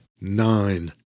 Nine